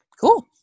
Cool